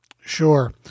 Sure